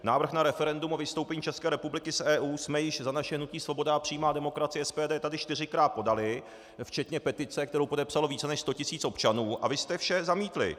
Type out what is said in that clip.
Návrh na referendum o vystoupení České republiky z EU jsme již za naše hnutí Svoboda a přímá demokracie, SPD, tady čtyřikrát podali včetně petice, kterou podepsalo více než 100 tisíc občanů, a vy jste vše zamítli.